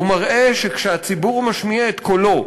הוא מראה שכאשר הציבור משמיע את קולו,